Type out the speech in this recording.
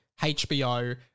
HBO